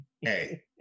hey